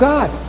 God